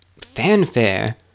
fanfare